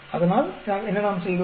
அதனால் என்ன நாம் செய்தோம்